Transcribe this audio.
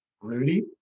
Rudy